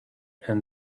and